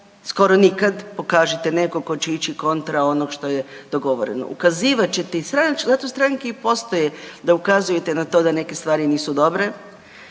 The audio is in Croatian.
skoro nikad, pokažite nekog tko će ići kontra onog što je dogovoreno. Ukazivat ćete i, zato stranke i postoje da ukazujete na to da neke stvari nisu dobre